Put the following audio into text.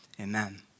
amen